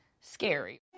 scary